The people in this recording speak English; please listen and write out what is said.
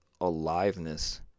aliveness